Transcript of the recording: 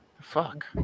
fuck